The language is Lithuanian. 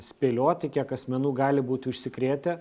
spėlioti kiek asmenų gali būti užsikrėtę